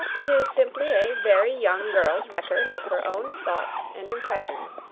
it is simply a very young girl's record of her own thoughts and impressions,